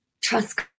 Trust